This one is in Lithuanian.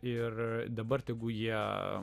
ir dabar tegu jie